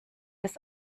des